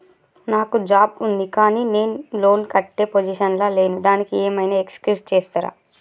నాకు జాబ్ ఉంది కానీ నేను లోన్ కట్టే పొజిషన్ లా లేను దానికి ఏం ఐనా ఎక్స్క్యూజ్ చేస్తరా?